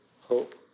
hope